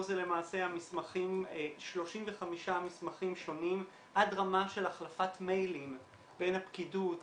פה זה 35 מסמכים שונים עד רמה של החלפת מיילים בין הפקידות